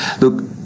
Look